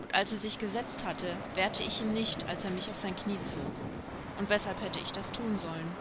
und als er sich gesetzt hatte wehrte ich ihm nicht daß er mich auf sein knie zog und weshalb hätte ich das thun sollen